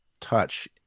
touch